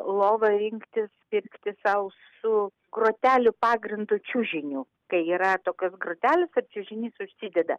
lovą rinktis pirkti sau su grotelių pagrindu čiužiniu kai yra tokios grotelės ir čiužinys užsideda